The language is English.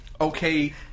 Okay